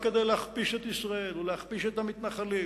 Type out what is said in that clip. רק כדי להכפיש את ישראל ולהכפיש את המתנחלים